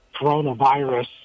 coronavirus